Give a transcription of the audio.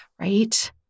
right